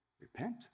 repent